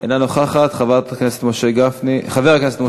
אינה נוכחת, חבר הכנסת משה גפני,